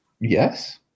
Yes